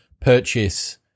purchase